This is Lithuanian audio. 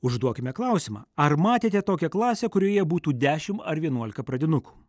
užduokime klausimą ar matėte tokią klasę kurioje būtų dešim ar vienuolika pradinukų